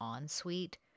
ensuite